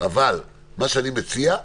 שאני מציע,